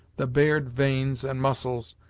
the bared veins and muscles,